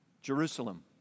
Jerusalem